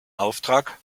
auftrag